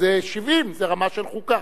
אז 70 זה רמה של חוקה.